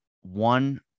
one